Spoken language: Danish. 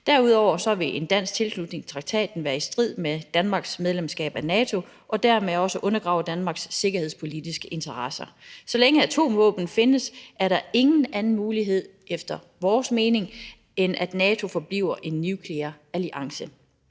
Derudover vil en dansk tilslutning til traktaten være i strid med Danmarks medlemskab af NATO og dermed også undergrave Danmarks sikkerhedspolitiske interesser. Så længe atomvåben findes, er der efter vores mening ingen anden mulighed, end at NATO forbliver en nuklear alliance.